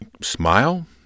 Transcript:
smile